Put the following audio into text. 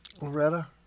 Loretta